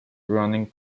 running